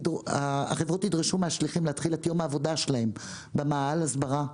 החברות ידרשו מהשליחים להתחיל את יום העבודה שלהם במאהל הסברה.